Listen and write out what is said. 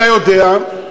אתה יודע,